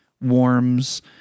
warms